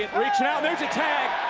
reach out, there's a tag.